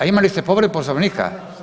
A imali ste povredu poslovnika?